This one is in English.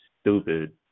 stupid